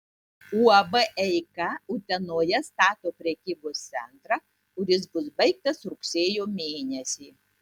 uab eika utenoje stato prekybos centrą kuris bus baigtas rugsėjo mėnesį